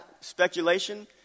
Speculation